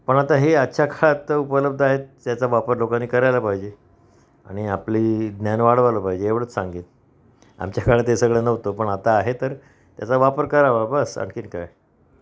पण आता हे आजच्या काळात उपलब्ध आहेत त्याचा वापर लोकांनी करायला पाहिजे आणि आपली ज्ञान वाढवायला पाहिजे एवढंच सांगेन आमच्या काळात हे सगळं नव्हतं पण आता आहे तर त्याचा वापर करावा बस आणखीन काय